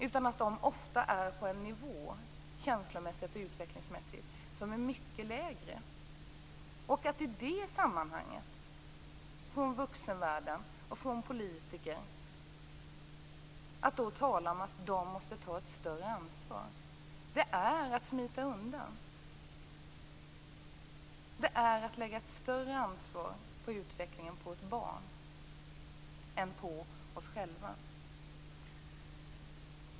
I stället befinner de sig ofta känslomässigt och utvecklingsmässigt på en mycket lägre nivå. Att i det sammanhanget från vuxenvärlden och från politiker tala om att de här personerna måste ta ett större ansvar är att smita undan, att lägga ett större ansvar för utvecklingen på ett barn än på oss själva.